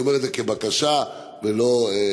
אני אומר את זה כבקשה ולא כמחאה,